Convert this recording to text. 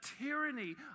tyranny